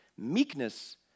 Meekness